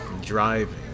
driving